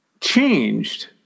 changed